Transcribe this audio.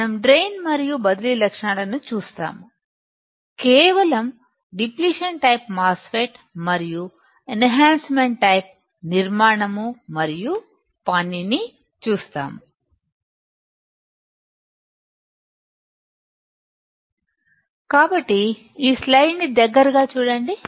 మనం డ్రైన్ మరియు బదిలీ లక్షణాలను చూస్తాము కేవలం డిప్లిషన్ టైపు మాస్ ఫెట్ మరియు ఎన్హాన్సమెంట్ టైపు నిర్మాణం మరియు పని ని చూస్తాము కాబట్టి ఈ స్లయిడ్ను దగ్గరగా చూడండి